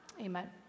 Amen